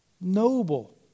noble